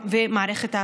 במירכאות,